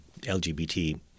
LGBT